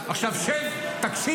עכשיו אתה עליי?